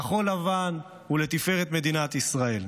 כחול-לבן ולתפארת מדינת ישראל.